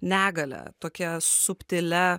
negalią tokia subtilia